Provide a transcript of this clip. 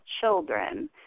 children